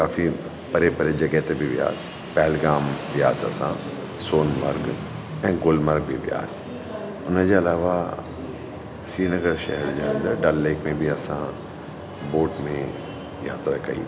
काफ़ी परे परे जॻहि ते बि वियासीं पेलगाम वियासीं असां सोन मार्ग ऐं गुल मार्ग बि वियासीं उनजे अलावा श्री नगर शहर जे अंदरि डल लेक में बि असां बोट में यात्रा कई